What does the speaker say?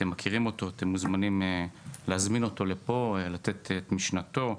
אתם מוזמנים להזמין אותו לפה שייתן את משנתו.